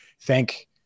thank